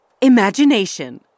Imagination